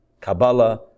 Kabbalah